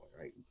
right